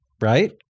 right